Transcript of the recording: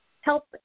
help